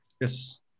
Yes